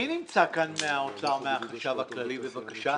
מי נמצא כאן מהאוצר מהחשב הכללי, בבקשה?